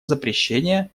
запрещения